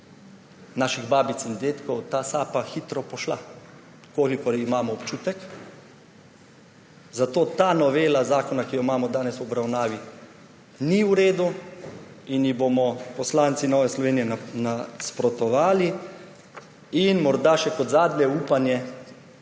naših babic in dedkov ta sapa hitro pošla, kolikor imam občutek. Zato ta novela zakona, ki jo imamo danes v obravnavi, ni v redu in ji bomo poslanci Nove Slovenije nasprotovali. Morda še kot zadnje upanje,